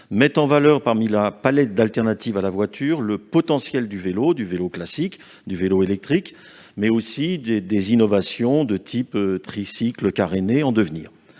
met en valeur, parmi la palette d'alternatives à la voiture, le potentiel du vélo, qu'il s'agisse du vélo classique, du vélo électrique, mais aussi des innovations de type tricycle caréné, en devenir.